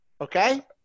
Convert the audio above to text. Okay